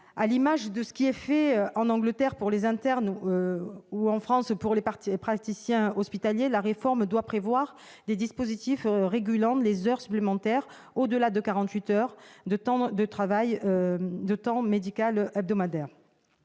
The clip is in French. À l'image de ce qui se pratique en Grande-Bretagne pour les internes ou en France pour les praticiens hospitaliers, la réforme doit prévoir des dispositifs qui régulent les heures supplémentaires effectuées au-delà de 48 heures de temps médical hebdomadaire.